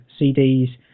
cds